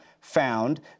found